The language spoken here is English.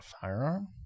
firearm